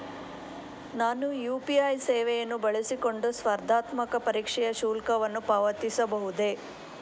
ನಾನು ಯು.ಪಿ.ಐ ಸೇವೆಯನ್ನು ಬಳಸಿಕೊಂಡು ಸ್ಪರ್ಧಾತ್ಮಕ ಪರೀಕ್ಷೆಯ ಶುಲ್ಕವನ್ನು ಪಾವತಿಸಬಹುದೇ?